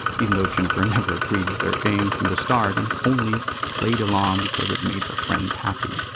even though jennifer never agreed with their games from the start and only played along because it made her friend happy.